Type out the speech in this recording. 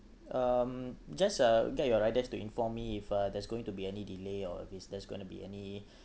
um just uh get your riders to inform me if uh there's going to be any delay or if there's gonna be any